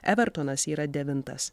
evertonas yra devintas